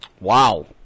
Wow